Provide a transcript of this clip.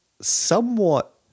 somewhat